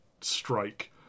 strike